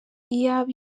iyaba